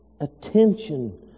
attention